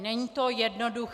Není to jednoduché.